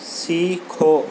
سیکھو